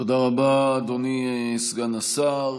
תודה רבה, אדוני סגן השר.